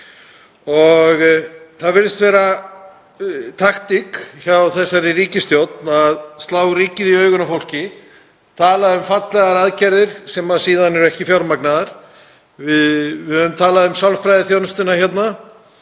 Það virðist vera taktík hjá þessari ríkisstjórn að slá ryki í augun á fólki, að tala um fallegar aðgerðir sem síðan eru ekki fjármagnaðar. Við höfum talað um sálfræðiþjónustuna,